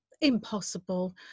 impossible